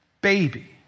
baby